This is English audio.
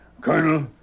Colonel